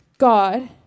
God